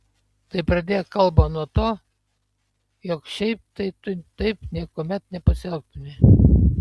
tai pradėk kalbą nuo to jog šiaip tai tu taip niekuomet nepasielgtumei